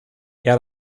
eher